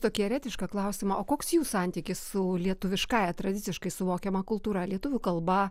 tokį eretišką klausimą o koks jų santykis su lietuviškąja tradiciškai suvokiama kultūra lietuvių kalba